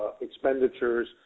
expenditures